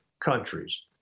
countries